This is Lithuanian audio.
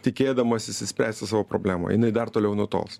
tikėdamasis išspręsti savo problemą jinai dar toliau nutols